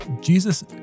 Jesus